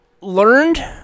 learned